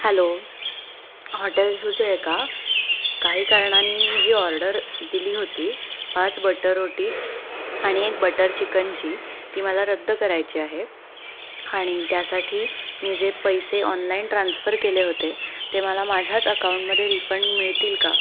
hello hotel Sujay का काही कारणाने मी जी ऑर्डर दिली होती पाच बटर रोटी आणि एक बटर चिकनची ती मला रद्द करायची आहे आणि त्यासाठी मी जे पैसे ऑनलाईन ट्रान्स्फर केले होते ते मला माझ्याच अकाऊंटमध्ये रिफंड मिळतील का